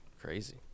Crazy